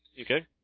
Okay